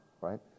right